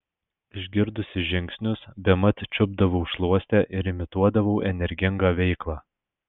išgirdusi žingsnius bemat čiupdavau šluostę ir imituodavau energingą veiklą